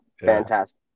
fantastic